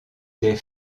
des